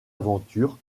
aventure